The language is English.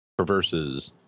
Perverses